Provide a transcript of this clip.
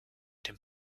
dem